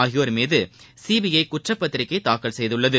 ஆகியோர் மீது சிபிஐ குற்றப்பத்திரிகை தாக்கல் செய்துள்ளது